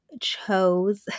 chose